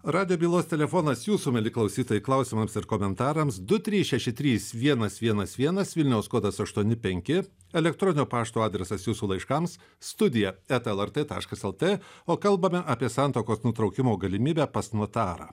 radio bylos telefonas jūsų mieli klausytojai klausimams ir komentarams du trys šeši trys vienas vienas vienas vilniaus kodas aštuoni penki elektroninio pašto adresas jūsų laiškams studija eta lrt taškas lt o kalbame apie santuokos nutraukimo galimybę pas notarą